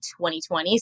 2020